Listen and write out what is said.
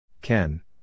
Ken